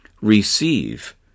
Receive